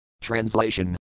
Translation